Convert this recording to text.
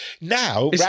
Now